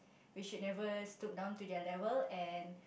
we should never stoop down to their level and